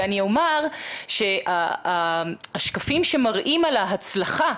ואני אומר שהשקפים שמראים על ההצלחה,